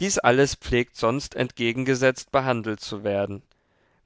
dies alles pflegt sonst entgegengesetzt behandelt zu werden